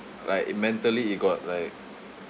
like it mentally it got like